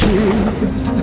Jesus